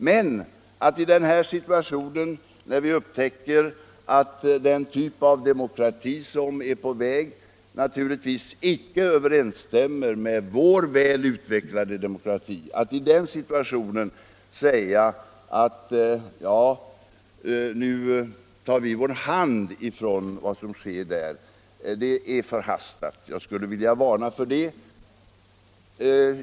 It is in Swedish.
Men att i denna situation, när vi upptäcker att den typ av demokrati som är på väg naturligtvis icke överensstämmer med vår välutvecklade demokrati, säga att nu tar vi vår hand ifrån vad som sker där, det är förhastat och jag vill varna för det.